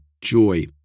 joy